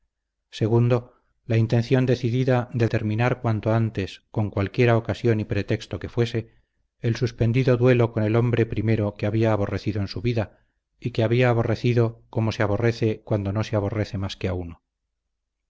segundo la intención decidida de terminar cuanto antes con cualquiera ocasión y pretexto que fuese el suspendido duelo con el hombre primero que había aborrecido en su vida y que había aborrecido como se aborrece cuando no se aborrece más que a uno